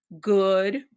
good